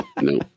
no